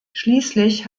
schließlich